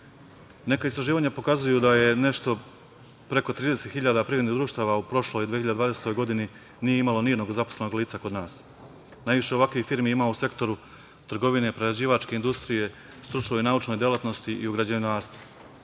lica. Neka istraživanja pokazuju da nešto preko 30.000 privrednih društava u prošloj 2020. godini nije imalo nijednog zaposlenog lica kod nas. Najviše ovakvih firmi ima u sektoru trgovine, prerađivačke industrije, stručnoj i naučnoj delatnosti i u građevinarstvu.